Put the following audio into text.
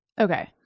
Okay